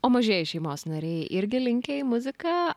o mažieji šeimos nariai irgi linkę į muziką